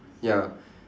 ya